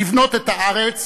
לבנות את הארץ